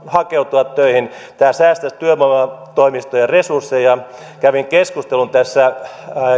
hakeutua töihin tämä säästäisi työvoimatoimistojen resursseja kävin keskustelun tässä